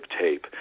tape